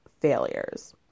failures